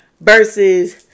versus